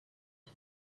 for